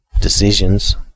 decisions